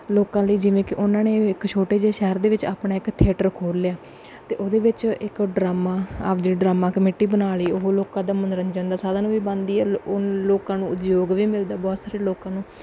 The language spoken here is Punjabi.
ਲੋਕਾਂ ਲਈ ਜਿਵੇਂ ਕਿ ਉਹਨਾਂ ਨੇ ਇੱਕ ਛੋਟੇ ਜਿਹੇ ਸ਼ਹਿਰ ਦੇ ਵਿੱਚ ਆਪਣਾ ਇੱਕ ਥਿਏਟਰ ਖੋਲ੍ਹ ਲਿਆ ਅਤੇ ਉਹਦੇ ਵਿੱਚ ਇੱਕ ਡਰਾਮਾ ਆਪ ਦੀ ਡਰਾਮਾ ਕਮੇਟੀ ਬਣਾ ਲਈ ਉਹ ਲੋਕਾਂ ਦਾ ਮਨੋਰੰਜਨ ਦਾ ਸਾਧਨ ਵੀ ਬਣਦੀ ਹੈ ਲ ਉਹ ਲੋਕਾਂ ਨੂੰ ਉਦਯੋਗ ਵੀ ਮਿਲਦਾ ਬਹੁਤ ਸਾਰੇ ਲੋਕਾਂ ਨੂੰ